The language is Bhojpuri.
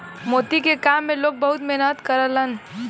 मोती के काम में लोग बहुत मेहनत करलन